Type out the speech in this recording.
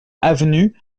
avenue